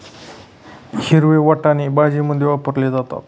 हिरवे वाटाणे भाजीमध्ये वापरले जातात